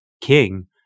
King